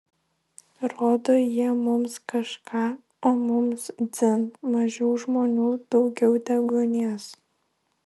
rodo jie mums kažką o mums dzin mažiau žmonių daugiau deguonies